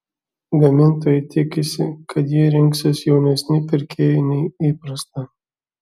gamintojai tikisi kad jį rinksis jaunesni pirkėjai nei įprasta